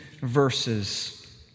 verses